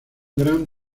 gran